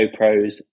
GoPros